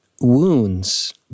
wounds